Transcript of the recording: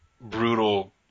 brutal